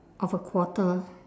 of a quarter